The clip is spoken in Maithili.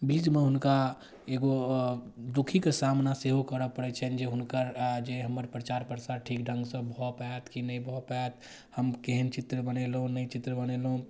बीचमे हुनका एगो दुखीके सामना सेहो करऽ पड़ै छनि जे हुनकरा जे हमर प्रचार प्रसार ठीक ढङ्ग सँ भऽ पाओत कि नहि भऽ पाओत हम केहन चित्र बनेलहुॅं नहि चित्र बनेलहुॅं